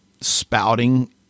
spouting